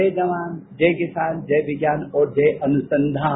जय जवान जय किसान जय विज्ञान और जय अनुसंधान